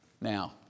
Now